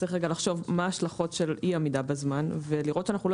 צריך לחשוב מה ההשלכות של אי עמידה בזמן ולראות שאנחנו לא